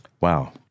Wow